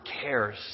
cares